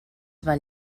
val